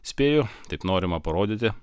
spėju taip norima parodyti